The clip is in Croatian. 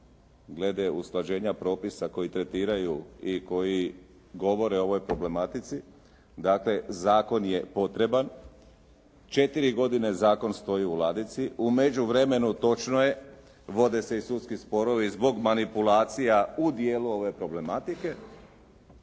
glede usklađenja propisa koji tretiraju i koji govore o ovoj problematici. Dakle zakon je potreban. Četiri godine zakon stoji u ladici. U međuvremenu, točno je, vode se i sudski sporovi zbog manipulacija u dijelu ove problematike